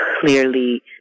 clearly